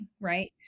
Right